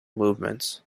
movements